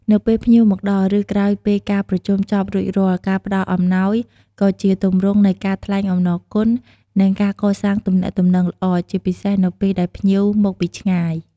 នៅពេលភ្ញៀវមកដល់ ឬក្រោយពេលការប្រជុំចប់រួចរាល់ ការផ្តល់អំណោយ ក៏ជាទម្រង់នៃការថ្លែងអំណរគុណ និងការកសាងទំនាក់ទំនងល្អ ជាពិសេសនៅពេលដែលភ្ញៀវមកពីឆ្ងាយ។